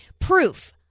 proof